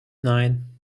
nein